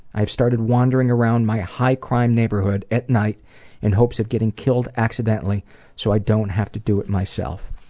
i've started wandering around my high-crime neighborhood at night in hopes of getting killed accidentally so i don't have to do it myself.